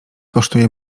kosztuje